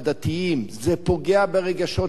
זה פוגע ברגשות של אנשים,